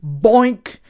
Boink